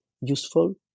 useful